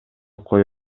кое